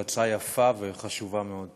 זאת הצעה יפה וחשובה מאוד.